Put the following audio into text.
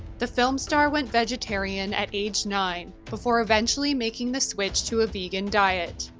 the film star went vegetarian at age nine before eventually making the switch to a vegan diet.